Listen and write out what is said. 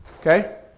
Okay